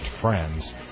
friends